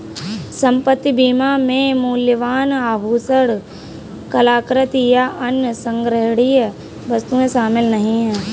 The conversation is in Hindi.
संपत्ति बीमा में मूल्यवान आभूषण, कलाकृति, या अन्य संग्रहणीय वस्तुएं शामिल नहीं हैं